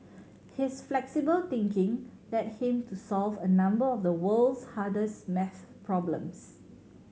his flexible thinking led him to solve a number of the world's hardest math problems